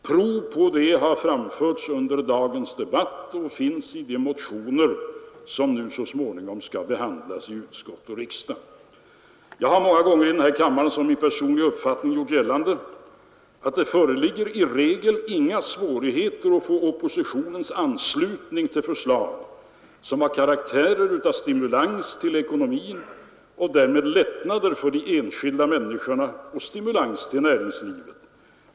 Prov på det har givits i dagens debatt och finns i de motioner som så småningom skall behandlas i utskott och riksdag. Jag har många gånger i denna kammare som min personliga uppfattning gjort gällande att det i regel inte föreligger några svårigheter att få oppositionens anslutning till förslag som har karaktär av stimulans till ekonomin och därmed lättnader för de enskilda människorna och stimulans till näringslivet.